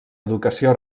educació